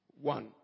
One